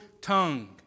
tongue